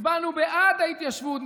הצבענו בעד ההתיישבות,